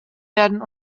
werden